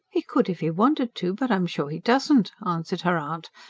he could if he wanted to. but i'm sure he doesn't, answered her aunt,